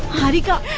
harika!